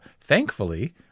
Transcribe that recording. Thankfully